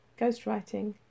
ghostwriting